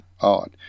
odd